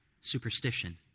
superstition